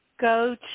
go